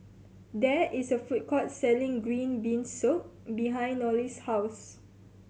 there is a food court selling green bean soup behind Nolie's house